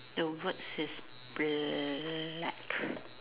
the words is black